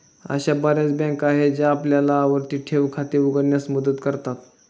अशा बर्याच बँका आहेत ज्या आपल्याला आवर्ती ठेव खाते उघडण्यास मदत करतात